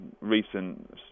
recent